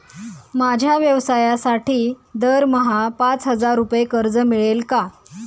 माझ्या व्यवसायासाठी दरमहा पाच हजार रुपये कर्ज मिळेल का?